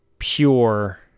pure